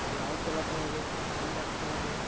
আর light জ্বালাতে হবে fan রাখতে হবে